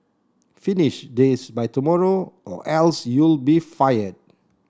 finish this by tomorrow or else you'll be fired